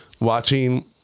watching